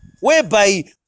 Whereby